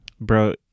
bro